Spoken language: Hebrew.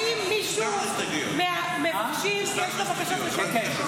ההסתייגויות הפכו לרשות דיבור.